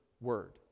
word